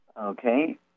okay